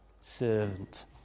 servant